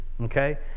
Okay